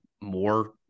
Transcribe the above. more